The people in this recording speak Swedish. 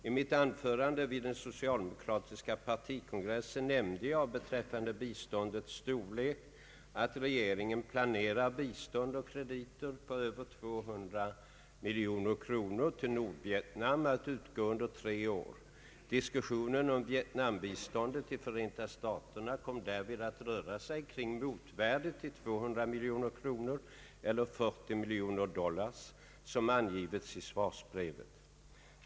I mitt anförande vid den socialdemokratiska partikongressen nämnde jag beträffande biståndets storlek, att regeringen planerar bistånd och krediter på över 200 miljoner kronor till Nordvietnam att utgå under tre år. Diskussionen om Vietnambiståndet i Förenta staterna kom därvid att röra sig kring motvärdet till 200 miljoner kronor eller 40 miljoner dollar, som angivits i svarsbrevet.